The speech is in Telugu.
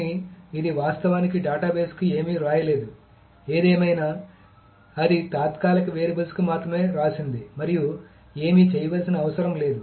కానీ ఇది వాస్తవానికి డేటాబేస్కు ఏమీ వ్రాయలేదు ఏదేమైనా అది తాత్కాలిక వేరియబుల్స్కు మాత్రమే వ్రాసింది మరియు ఏమీ చేయవలసిన అవసరం లేదు